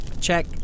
Check